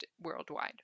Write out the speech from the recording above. worldwide